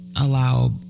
allow